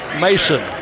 Mason